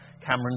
Cameron